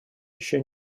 еще